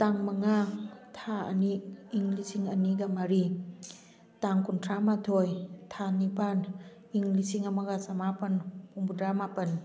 ꯇꯥꯡ ꯃꯉꯥ ꯊꯥ ꯑꯅꯤ ꯏꯪ ꯂꯤꯁꯤꯡ ꯑꯅꯤꯒ ꯃꯔꯤ ꯇꯥꯡ ꯀꯨꯟꯊ꯭ꯔꯥ ꯃꯥꯊꯣꯏ ꯊꯥ ꯅꯤꯄꯥꯟ ꯏꯪ ꯂꯤꯁꯤꯡ ꯑꯃꯒ ꯆꯥꯃꯄꯟ ꯍꯨꯝꯐꯨ ꯇꯔꯥ ꯃꯄꯟ